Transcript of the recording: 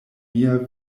mia